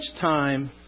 time